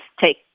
take